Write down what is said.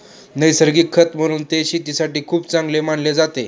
नैसर्गिक खत म्हणून ते शेतीसाठी खूप चांगले मानले जाते